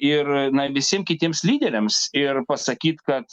ir na visiem kitiems lyderiams ir pasakyt kad